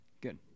Good